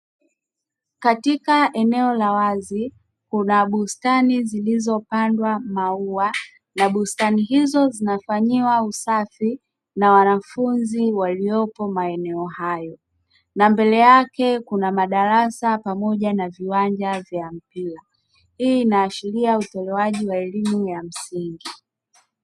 Katika eneo la wazi kuna bustani zilizopandwa maua, na bustani hizo zinafanyiwa usafi na wanafunzi waliopo maeneo hayo. Na mbele yake kuna madarasa pamoja na viwanja vya mpira hii inaashiria utolewaji wa elimu ya msingi.